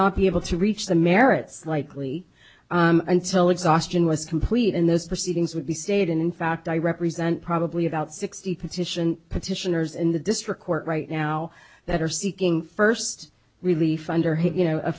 able to reach the merits likely until exhaustion was complete and this proceedings would be stayed and in fact i represent probably about sixty petition petitioners in the district court right now that are seeking first really